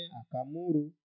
akamuru